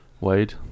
Wade